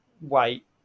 Wait